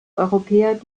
europäer